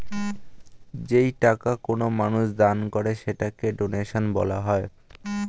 যেই টাকা কোনো মানুষ দান করে সেটাকে ডোনেশন বলা হয়